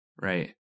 right